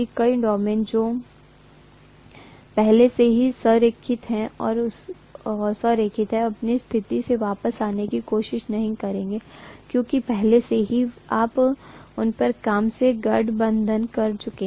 कई डोमेन जो पहले से ही संरेखित हैं वे अपनी स्थिति से वापस आने की कोशिश नहीं करेंगे क्योंकि पहले से ही आप उन पर काम से गठबंधन कर चुके हैं